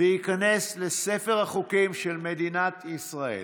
וייכנס לספר החוקים של מדינת ישראל,